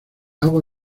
agua